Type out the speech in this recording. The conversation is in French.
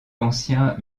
ancien